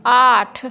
आठ